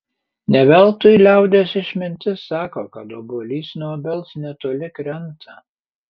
ne veltui liaudies išmintis sako kad obuolys nuo obels netoli krenta